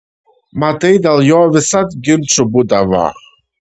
matai dėl jo visad ginčų būdavo